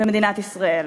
במדינת ישראל.